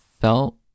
felt